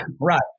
right